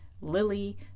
Lily